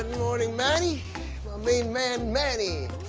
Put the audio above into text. morning, manny! my main man, manny!